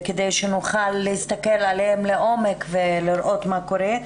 כדי שנוכל להסתכל עליהם לעומק ולראות מה קורה.